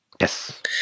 yes